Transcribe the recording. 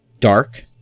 Dark